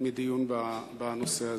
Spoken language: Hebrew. מדיון בנושא הזה.